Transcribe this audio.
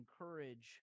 encourage